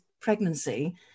pregnancy